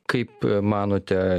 kaip manote